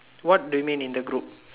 what do you mean in the group